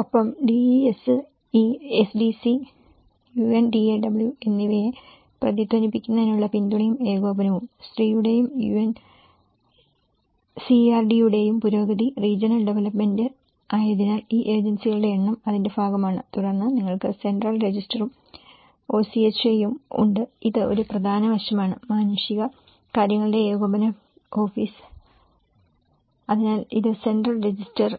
ഒപ്പം DESE SDC UNDAW എന്നിവയെ പ്രതിധ്വനിപ്പിക്കുന്നതിനുള്ള പിന്തുണയും ഏകോപനവും സ്ത്രീയുടെയും യുഎൻസിആർഡിയുടെയും പുരോഗതി റീജിയണൽ ഡെവലപ്മെന്റ് അതിനാൽ ഈ ഏജൻസികളുടെ എണ്ണം അതിന്റെ ഭാഗമാണ് തുടർന്ന് നിങ്ങൾക്ക് സെൻട്രൽ രജിസ്റ്ററും ഒസിഎച്ച്എയും ഉണ്ട്ഇത് ഒരു പ്രധാന വശമാണ് മാനുഷിക കാര്യങ്ങളുടെ ഏകോപന ഓഫീസ് അതിനാൽ ഇത് സെൻട്രൽ രജിസ്റ്റർ